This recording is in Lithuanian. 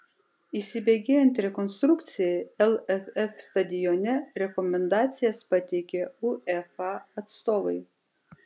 įsibėgėjant rekonstrukcijai lff stadione rekomendacijas pateikė uefa atstovai